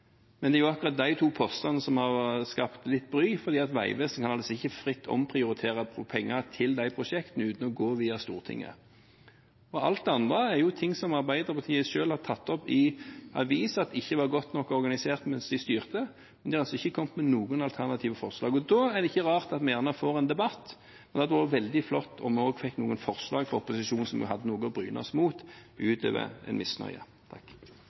Men det er akkurat de to postene som har skapt litt bry, fordi Vegvesenet ikke fritt kan omprioritere pengene til de prosjektene uten å gå via Stortinget. Alt det andre er ting som Arbeiderpartiet selv har tatt opp i avisene, at det ikke var godt nok organisert mens de styrte. Men de har ikke kommet opp med noen alternative forslag. Da er det ikke rart at vi får en debatt. Det hadde vært veldig flott om vi også fikk noen forslag fra opposisjonen, sånn at vi hadde hatt noe å bryne oss mot, utover en misnøye.